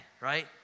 right